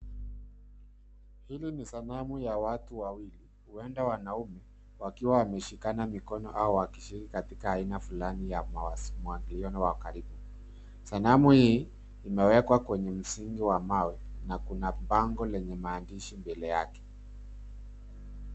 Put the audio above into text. Hili ni sanamu ya watu wawili huenda wanaume wakiwa wameshikana mikono au wakishiriki katika aina fulani ya mawasiliano ya karibu. Sanamu hii imewekwa kwenye msingi wa mawe na kuna bango lenye maandishi mbele yake.